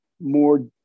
more